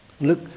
Look